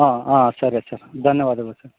ಹಾಂ ಹಾಂ ಸರಿ ಸರ್ ಧನ್ಯವಾದಗಳು ಸರ್